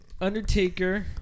Undertaker